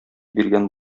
биргән